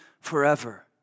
forever